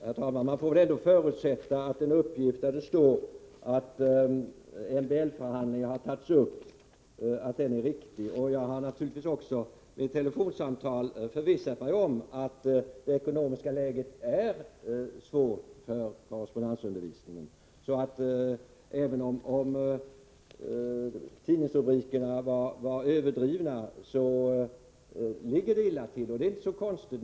Herr talman! Man får väl ändå förutsätta att den uppgift är riktig som säger att MBL-förhandlingar tagits upp. Jag har även genom telefonsamtal förvissat mig om att det ekonomiska läget är svårt när det gäller korrespondensundervisningen. Även om tidningsrubrikerna i detta sammanhang var överdrivna, ligger korrespondensundervisningen illa till — och det är inte så konstigt.